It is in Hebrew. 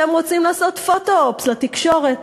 אתם רוצים לעשות פוטו-אופס לתקשורת.